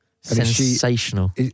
Sensational